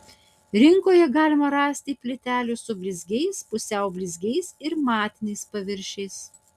rinkoje galima rasti plytelių su blizgiais pusiau blizgiais ir matiniais paviršiais